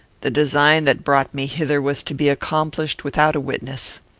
the design that brought me hither was to be accomplished without a witness.